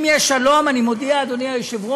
אם יש שלום, אני מודיע, אדוני היושב-ראש: